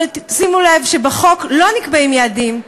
שימו לב שבחוק לא נקבעים יעדים.